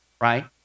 right